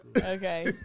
Okay